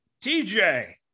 TJ